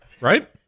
Right